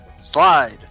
slide